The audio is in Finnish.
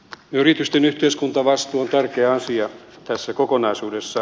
yritysten yhteiskuntavastuu on tärkeä asia tässä kokonaisuudessa